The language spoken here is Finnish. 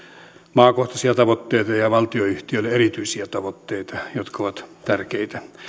maakohtaisia tavoitteita ja valtionyhtiöille erityisiä tavoitteita jotka ovat tärkeitä